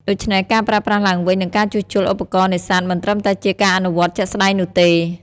ដូច្នេះ ការប្រើប្រាស់ឡើងវិញ និងការជួសជុលឧបករណ៍នេសាទមិនត្រឹមតែជាការអនុវត្តន៍ជាក់ស្តែងនោះទេ។